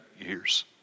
years